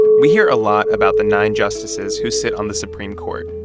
we hear a lot about the nine justices who sit on the supreme court,